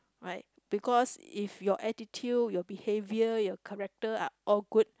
right because if your attitude your behaviour your character are all good